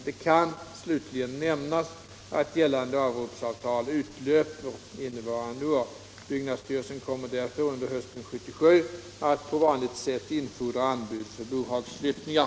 Det kan slutligen nämnas att gällande avropsavtal utlöper innevarande år. Byggnadsstyrelsen kommer därför under hösten 1977 att på vanligt sätt infordra anbud för bohagsflyttningar.